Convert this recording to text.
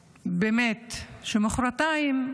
שמוחרתיים,